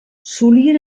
solien